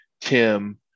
Tim